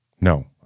No